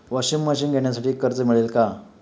Washing machine घेण्यासाठी कर्ज मिळेल का?